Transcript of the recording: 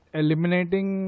eliminating